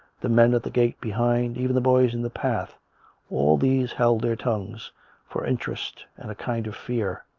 the men at the gate behind, even the boys in the path all these held their tongues for interest and a kind of fear.